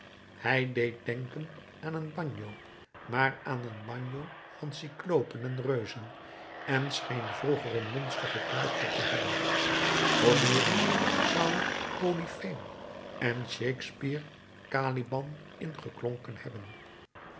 hij deed denken aan een bagno maar aan een bagno van cyclopen en reuzen en scheen vroeger een monster gekluisterd te hebben homerus zou er polypheem en shakspeare caliban in geklonken hebben